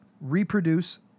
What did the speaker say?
reproduce